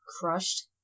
crushed